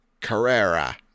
Carrera